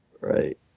Right